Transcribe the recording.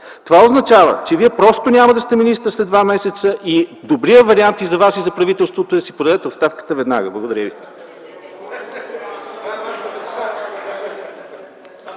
Това означава, че Вие просто няма да сте министър след два месеца. Добрият вариант и за Вас, и за правителството е да си подадете оставката веднага. (Реплики и